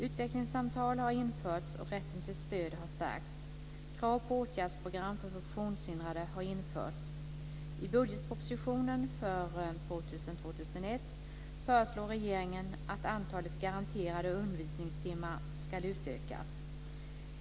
Utvecklingssamtal har införts och rätten till stöd har stärkts. Krav på åtgärdsprogram för funktionshindrade har införts. I budgetpropositionen för 2000/2001 föreslår regeringen att antalet garanterade undervisningstimmar ska utökas.